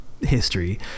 history